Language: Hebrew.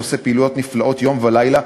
שעושה פעילויות נפלאות יום ולילה,